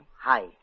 Hi